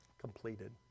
completed